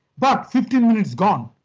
but fifteen minutes gone.